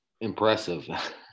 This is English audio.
impressive